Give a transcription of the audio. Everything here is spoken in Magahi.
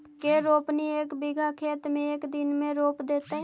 के रोपनी एक बिघा खेत के एक दिन में रोप देतै?